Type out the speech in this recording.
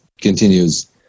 continues